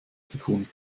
sekunden